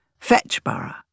Fetchborough